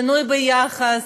שינוי ביחס,